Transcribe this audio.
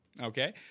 Okay